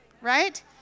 Right